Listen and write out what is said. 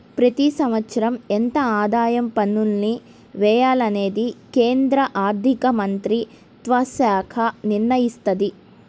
ప్రతి సంవత్సరం ఎంత ఆదాయ పన్నుల్ని వెయ్యాలనేది కేంద్ర ఆర్ధికమంత్రిత్వశాఖే నిర్ణయిత్తది